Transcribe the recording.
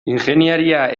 ingeniaria